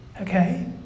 okay